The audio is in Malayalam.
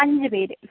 അഞ്ച് പേര്